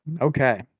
Okay